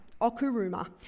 okuruma